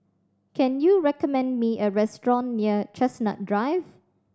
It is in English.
can you recommend me a restaurant near Chestnut Drive